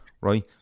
right